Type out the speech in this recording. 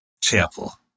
chapel